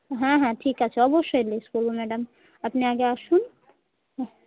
হ্যাঁ হ্যাঁ ঠিক আছে অবশ্যই লিস্ট করবো ম্যাডাম আপনি আগে আসুন